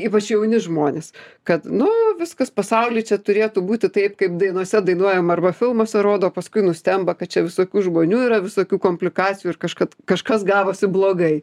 ypač jauni žmonės kad nu viskas pasauly čia turėtų būti taip kaip dainose dainuojama arba filmuose rodo paskui nustemba kad čia visokių žmonių yra visokių komplikacijų ir kažkad kažkas gavosi blogai